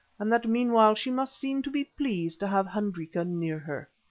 and that meanwhile she must seem to be pleased to have hendrika near her.